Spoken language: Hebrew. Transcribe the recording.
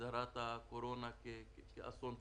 הגדרת הקורונה כאסון טבע.